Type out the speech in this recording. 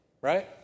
Right